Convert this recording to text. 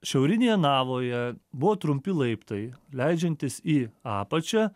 šiaurinėje navoje buvo trumpi laiptai leidžiantis į apačią